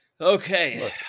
Okay